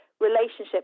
relationship